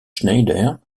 schneider